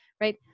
right